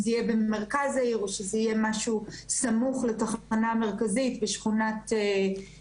אם זה יהיה במרכז העיר או שזה יהיה סמוך לתחנה המרכזית ליד א-טור,